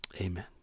amen